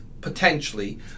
potentially